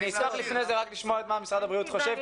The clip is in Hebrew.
אני אשמח לפני זה רק לשמוע מה משרד הבריאות חושב,